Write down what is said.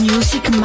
Music